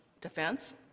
defense